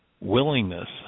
willingness